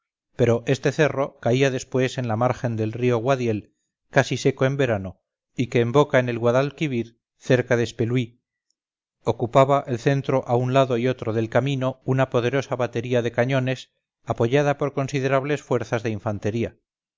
pero este cerro caía después en la margen del río guadiel casi seco en verano y que emboca en el guadalquivir cerca de espelúy ocupaba el centro a un lado y otro del camino una poderosa batería de cañones apoyada por considerables fuerzas de infantería